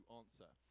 answer